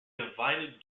invited